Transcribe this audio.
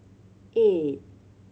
eight